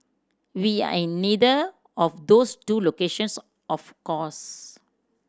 we are in neither of those two locations of course